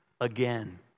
again